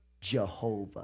Jehovah